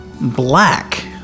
black